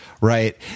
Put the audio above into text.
right